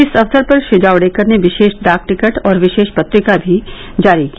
इस अवसर पर श्री जावड़ेकर ने विशेष डाक टिकट और विशेष पत्रिका भी जारी की